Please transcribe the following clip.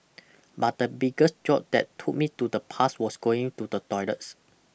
but the biggest jolt that took me to the past was going to the toilets